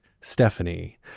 Stephanie